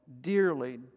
dearly